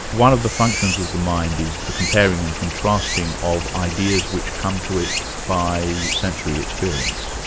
one of the functions of the mind is the comparing and contrasting of ideas which come to it by sensory experience.